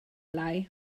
lai